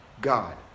God